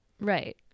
right